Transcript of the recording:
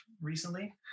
recently